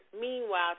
meanwhile